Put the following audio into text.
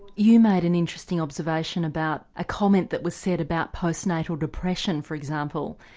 you made an interesting observation about a comment that was said about post-natal depression, for example,